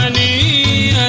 e